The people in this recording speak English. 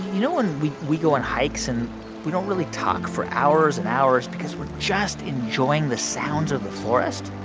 you know when and we we go on hikes, and we don't really talk for hours and hours because we're just enjoying the sounds of the forest?